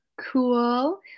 cool